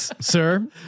sir